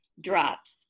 drops